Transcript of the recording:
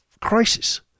crisis